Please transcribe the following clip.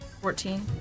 Fourteen